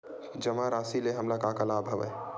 जमा राशि ले हमला का का लाभ हवय?